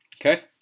okay